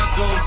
go